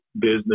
business